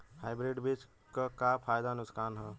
Hybrid बीज क का फायदा नुकसान ह?